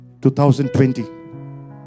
2020